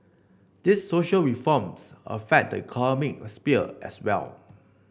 these social reforms affect the economic sphere as well